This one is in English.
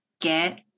get